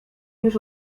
już